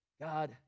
God